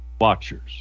watchers